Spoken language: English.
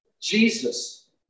Jesus